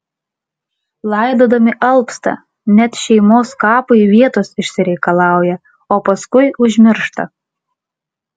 laidodami alpsta net šeimos kapui vietos išsireikalauja o paskui užmiršta